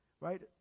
right